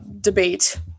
debate